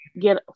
get